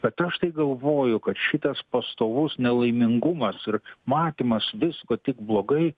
bet aš tai galvoju kad šitas pastovus nelaimingumas ir matymas visko tik blogai